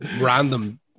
random